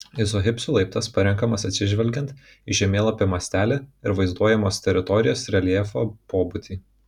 izohipsių laiptas parenkamas atsižvelgiant į žemėlapio mastelį ir vaizduojamos teritorijos reljefo pobūdį